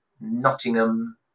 Nottingham